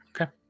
Okay